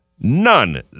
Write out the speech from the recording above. none